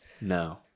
No